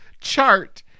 chart